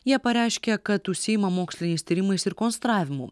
jie pareiškė kad užsiima moksliniais tyrimais ir konstravimu